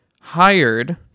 Hired